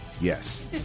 yes